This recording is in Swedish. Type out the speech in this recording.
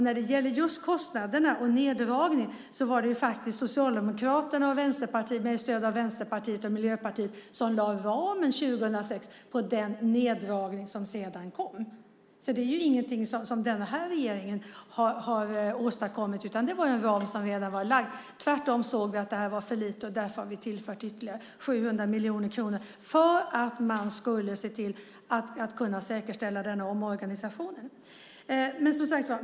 När det gäller just kostnaderna och neddragningen var det Socialdemokraterna med stöd av Vänsterpartiet och Miljöpartiet som lade ramen 2006 för den neddragning som sedan kom. Det är inget som den här regeringen har åstadkommit, utan det var en ram som redan var lagd. Tvärtom såg vi att det var för lite. Därför har vi tillfört ytterligare 700 miljoner kronor för att man skulle se till att kunna säkerställa denna omorganisation.